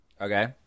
Okay